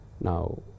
Now